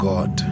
God